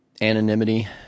Anonymity